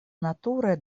nature